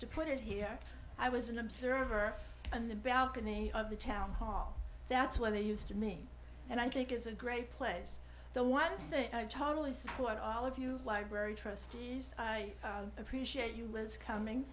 to put it here i was an observer in the balcony of the town hall that's where they used to me and i think it's a great place the one thing i totally support all of you library trustees i appreciate you liz coming